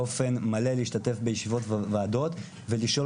באופן מלא להשתתף בישיבות ועדות ולשאול